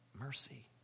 mercy